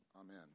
Amen